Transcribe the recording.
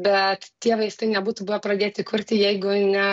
bet tie vaistai nebūtų buvę pradėti kurti jeigu ne